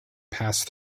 passed